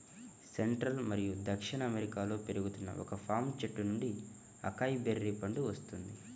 central మరియు దక్షిణ అమెరికాలో పెరుగుతున్న ఒక పామ్ చెట్టు నుండి అకాయ్ బెర్రీ పండు వస్తుంది